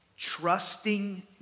trusting